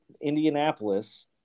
Indianapolis